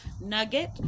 Nugget